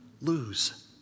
lose